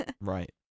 Right